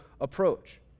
approach